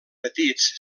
petits